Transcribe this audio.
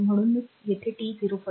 तर म्हणूनच येथे t 0